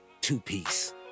two-piece